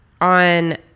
on